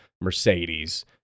mercedes